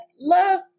love